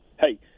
hey